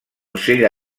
ocell